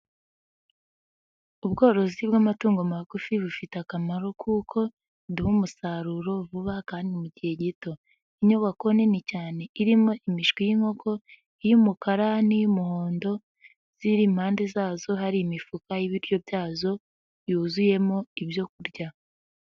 Ubworozi bw'amatungo magufi bufite akamaro kuko uduha umusaruro vuba kandi mu gihe gito, inyubako nini cyane irimo imishwi y'inkoko y'umukara n'iy'umuhondo, ziri impande zazo hari imifuka y'ibiryo byazo byuzuyemo ibyo kurya.